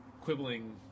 quibbling